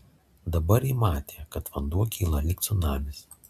dabar ji matė kad vanduo kyla lyg cunamis